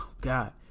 God